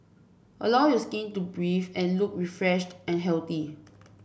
allow your skin to breathe and look refreshed and healthy